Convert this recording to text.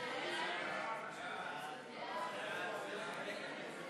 סעיף 1 נתקבל.